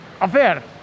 affair